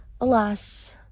Alas